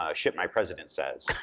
ah shit my president says,